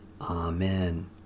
Amen